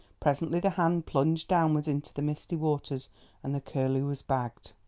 presently the hand plunged downwards into the misty waters and the curlew was bagged.